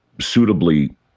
suitably